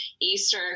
Easter